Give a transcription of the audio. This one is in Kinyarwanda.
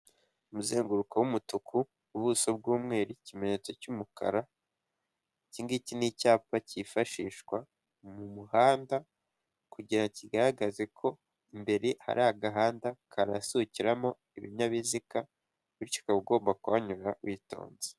Muzenguruko w'umutuku ubuso bw'umweru ikimenyetso cy'umukaragiki n'icyapa cyifashishwa mu muhanda kugira kigaragaze ko imbere hari agahanda karasukiramo ibinyabiziga bicikaba ugomba kuyumva witonze.